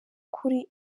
kuri